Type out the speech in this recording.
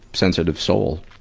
sensitive soul.